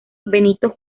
benito